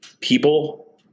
people